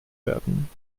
werden